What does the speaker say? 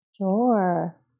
Sure